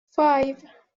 five